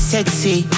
Sexy